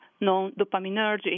non-dopaminergic